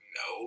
no